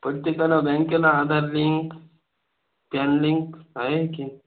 प्रत्येकाला बँकेला Aadhaar link PAN link आहे की